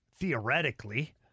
theoretically